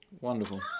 wonderful